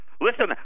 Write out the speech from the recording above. Listen